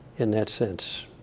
in that sense.